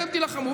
אתם תילחמו.